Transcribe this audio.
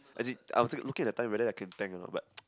as in I was looking at the time whether I can tank a not but